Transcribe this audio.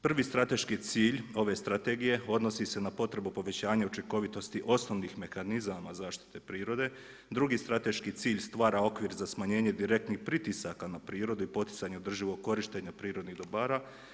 Prvi strateški cilj ove Strategije odnosi se na potrebu povećanja učinkovitosti osnovnih mehanizama zaštite prirode, drugi strateški cilj stvara okvir za smanjenje direktnih pritisaka na prirodu i poticanje održivog korištenja prirodnih dobara.